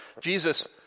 Jesus